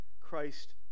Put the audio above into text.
Christ